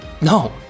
No